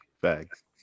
Facts